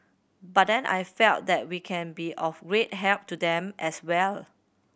but then I felt that we can be of great help to them as well